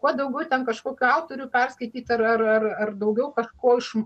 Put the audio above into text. kuo daugiau ten kažkokių autorių perskaityt ar ar ar ar daugiau kažko iš